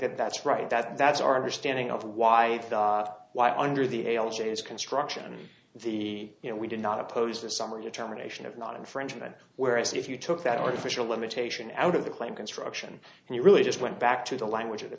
that that's right that that's our understanding of why why under the construction the you know we did not oppose the summer determination of not infringement whereas if you took that artificial limitation out of the claim construction and you really just went back to the language of the